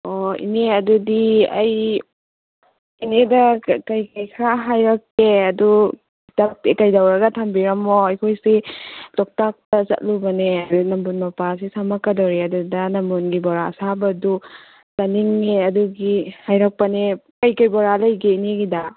ꯑꯣ ꯏꯅꯦ ꯑꯗꯨꯗꯤ ꯑꯩ ꯏꯅꯦꯗ ꯀꯩꯀꯩ ꯈꯔ ꯍꯥꯏꯔꯛꯀꯦ ꯑꯗꯨ ꯀꯩꯗꯧꯔꯒ ꯊꯝꯕꯤꯔꯝꯃꯣ ꯑꯩꯈꯣꯏꯁꯤ ꯂꯣꯛꯇꯥꯛꯇ ꯆꯠꯂꯨꯕꯅꯦ ꯑꯗꯣ ꯅꯝꯕꯣꯜ ꯃꯄꯥꯁꯦ ꯁꯝꯃꯛꯀꯗꯧꯔꯤ ꯑꯗꯨꯗ ꯅꯝꯕꯣꯜꯒꯤ ꯕꯣꯔꯥ ꯑꯁꯥꯕꯗꯨ ꯆꯥꯅꯤꯡꯉꯦ ꯑꯗꯨꯒꯤ ꯍꯥꯏꯔꯛꯄꯅꯦ ꯀꯩꯀꯩ ꯕꯣꯔꯥ ꯂꯩꯒꯦ ꯏꯅꯦꯒꯤꯗ